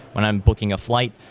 when i'm booking a flight.